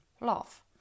love